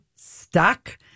stuck